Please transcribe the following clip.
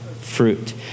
fruit